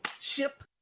ship